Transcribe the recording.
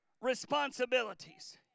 responsibilities